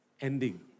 ending